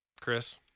Chris